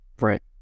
Right